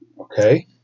Okay